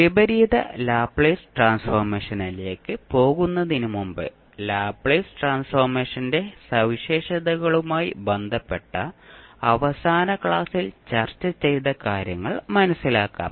വിപരീത ലാപ്ലേസ് ട്രാൻസ്ഫോർമേഷനിലേക്ക് പോകുന്നതിനുമുമ്പ് ലാപ്ലേസ് ട്രാൻസ്ഫോർമേഷന്റെ സവിശേഷതകളുമായി ബന്ധപ്പെട്ട അവസാന ക്ലാസ്സിൽ ചർച്ച ചെയ്ത കാര്യങ്ങൾ മനസിലാക്കാം